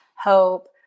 hope